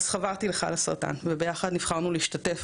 אז חברתי ל- ׳חלאסרטן׳ וביחד נבחרנו להשתתף,